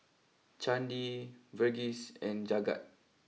Chandi Verghese and Jagat